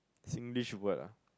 Singlish word ah